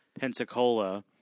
Pensacola